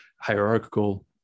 hierarchical